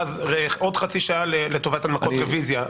ועוד חצי שעה לטובת הנמקות רביזיה.